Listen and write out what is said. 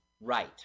Right